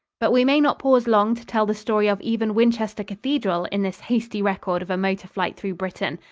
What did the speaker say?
but we may not pause long to tell the story of even winchester cathedral in this hasty record of a motor flight through britain.